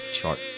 Chart